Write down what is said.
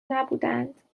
نبودهاند